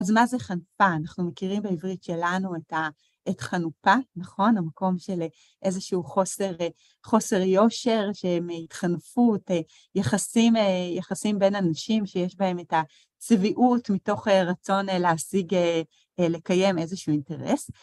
אז מה זה חנופה? אנחנו מכירים בעברית שלנו את ה... את חנופה, נכון? המקום של איזשהו חוסר... חוסר יושר, שמהתחנפות... יחסים אה... יחסים בין אנשים שיש בהם את הצביעות מתוך רצון להשיג, לקיים איזשהו אינטרס.